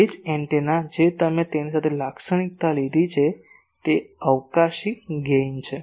તેથી તે જ એન્ટેના જે તમે તેની સાથે લાક્ષણિકતા લીધી છે તે અવકાશી ગેઇન છે